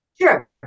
Sure